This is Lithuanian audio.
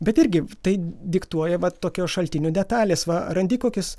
bet irgi tai diktuoja vat tokio šaltinio detalės va randi kokius